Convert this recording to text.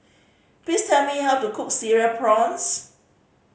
please tell me how to cook Cereal Prawns